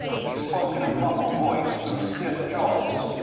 he spoke in a muffled voice through stiff jaws.